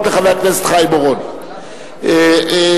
65 בעד, אין מתנגדים, אין נמנעים.